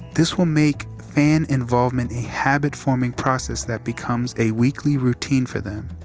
this will make fan involvement a habit forming process that becomes a weekly routine for them.